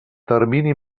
termini